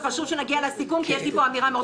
וחשוב שנגיע לסיכום כי יש לי אמירה חשובה מאוד.